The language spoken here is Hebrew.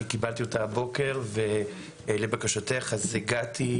אני קיבלתי אותה הבוקר ולבקשתך הגעתי,